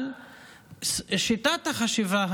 אבל שיטת החשיבה,